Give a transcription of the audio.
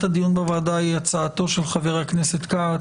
הדיון בוועדה היא הצעתו של חבר הכנסת כץ,